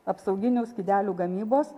apsauginių skydelių gamybos